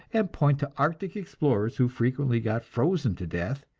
and point to arctic explorers who frequently get frozen to death,